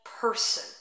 person